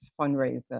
fundraiser